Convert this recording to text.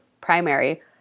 primary